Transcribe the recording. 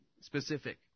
specific